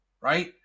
right